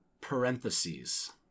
parentheses